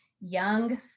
young